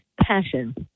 passion